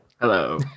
Hello